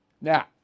Now